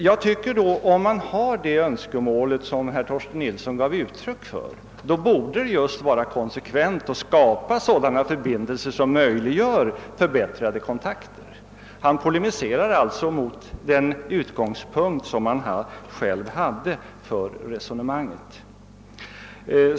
Jag tycker att om man har den önskan som herr Torsten Nilsson gav uttryck åt, så borde det just vara konsekvent att skapa förbindelser som möjliggör förbättrade kontakter. Herr Torsten Nilsson polemiserar alltså mot den utgångspunkt som han själv hade för resonemanget.